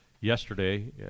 yesterday